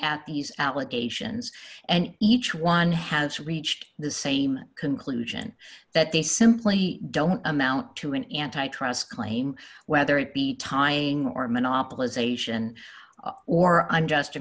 at these allegations and each one has reached the same conclusion that they simply don't amount to an antitrust claim whether it be tying or monopolization or